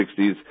1960s